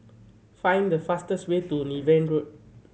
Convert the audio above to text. find the fastest way to Niven Road